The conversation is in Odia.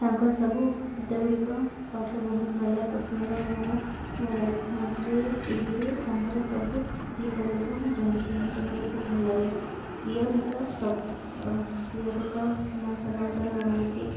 ତାଙ୍କର ସବୁ ଗୀତ ଗୁଡ଼ିକ ମୋତେ ବହୁତ ଭଲ ଲାଗେ ପସନ୍ଦ ଲାଗେ ମୋବାଇଲ୍ ଫୋନରେ ଟିଭିରେ ତାଙ୍କର ସବୁ ଗୀତ ଗୁଡ଼ିକ ମୁଁ ଶୁଣିଛି ମୋତେ ବହୁତ ଭଲ ଲାଗେ ପ୍ରିୟ ଗୀତ ସବୁ ପ୍ରିୟ ଗୀତ ହ୍ୟୁମାନ ସାଗରଙ୍କର ରୋମାଣ୍ଟିକ୍